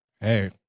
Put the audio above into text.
Hey